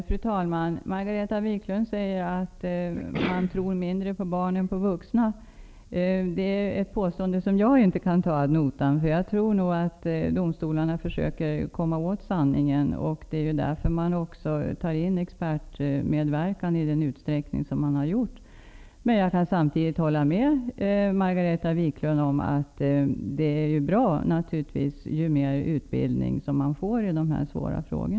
Fru talman! Margareta Viklund säger att man tror mindre på barn än på vuxna. Det är ett påstående som jag inte kan ta ad notam. Jag tror att domstolarna försöker att komma åt sanningen. Det är därför som man anlitar experter i den utsträckning som man har gjort. Men jag kan samtidigt hålla med Margareta Viklund om att det är bra ju mer utbildning som man kan få i dessa svåra frågor.